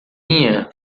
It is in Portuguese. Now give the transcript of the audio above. uma